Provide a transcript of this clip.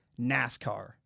NASCAR